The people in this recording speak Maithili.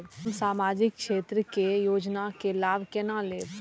हम सामाजिक क्षेत्र के योजना के लाभ केना लेब?